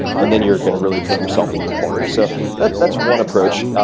and then you're gonna really paint yourself into a corner. so but that's one approach.